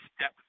step